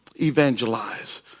evangelize